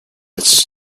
its